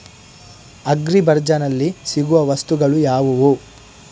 Agri ಬಜಾರ್ನಲ್ಲಿ ಸಿಗುವ ವಸ್ತುಗಳು ಯಾವುವು?